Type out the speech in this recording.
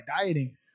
dieting